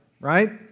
right